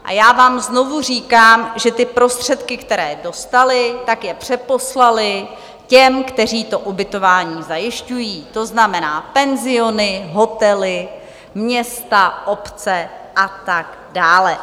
A já vám znovu říkám, že prostředky, které dostali, tak je přeposlali těm, kteří to ubytování zajišťují, to znamená penziony, hotely, města, obce a tak dále.